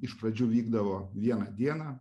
iš pradžių vykdavo vieną dieną